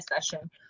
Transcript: session